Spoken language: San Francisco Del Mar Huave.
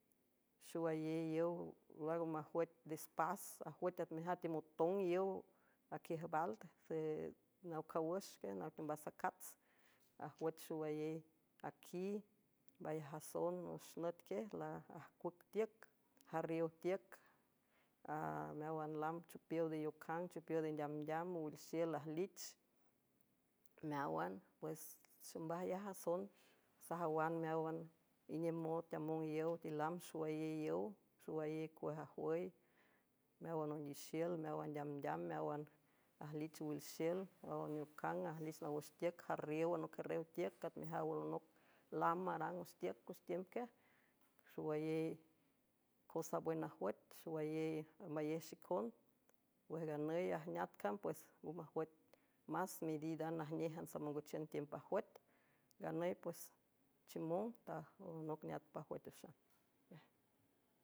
Xowayey iow laago majwüt despas ajwüet at mejat imotong yow aquiüj vald e naw cawüx quiej naw tembasacats ajwüch xowayey aqui mbayajason nox nüt quiej lajcuüc tiüc jarriow tiüc meáwan lam chopiow deiocang chopiow dendeamdeam wilxiel ajlich meáwan pues xombaj ayajason sajawan meáwan indemotamong yow telam xowayéy iow xowayey cuaj ajwüy meáwan ongixiül meáwan deamdeam meáwan ajlich owil xiel aneocang ajlich nawüx tiüc jarriowan oqiarrüow tiüc cat mejaw alonoc lam arang wüx tiüc cüx tiüm quiaj xowayey cosabüy najuüet xowayey ambayej xicon wex nganüy ajneat cam pues ngo majuüt más medida najnéjan samongochiün tiümp ajoet nganüy pues chimong tnoc neat pajoet wüxa.